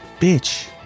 bitch